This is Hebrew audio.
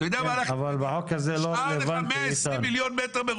אנחנו מאמינים שכשהקורונה תיגמר בעזרת השם,